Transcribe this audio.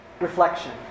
reflection